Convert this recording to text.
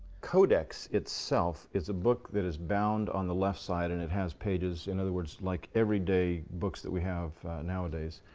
codex itself is a book that is bound on the left side, and it has pages. in other words, like every-day books that we have nowadays.